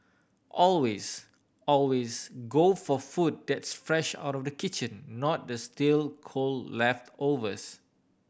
always always go for food that's fresh out of the kitchen not the stale cold leftovers